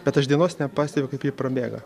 bet aš dienos nepastebiu kaip ji prabėga